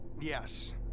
Yes